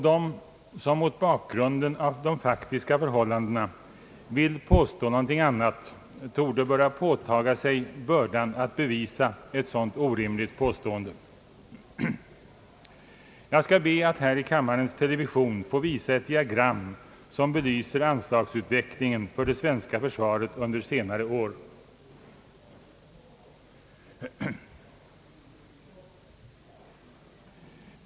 De som mot bakgrunden av de faktiska förhållandena vill påstå något annat torde böra påtaga sig bördan att bevisa riktigheten i ett så orimligt påstående. Jag skall be att här i kammarens television få visa ett diagram som belyser anslagsutvecklingen för det svenska försvaret under senare år.